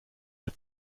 der